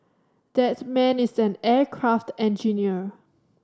that man is an aircraft engineer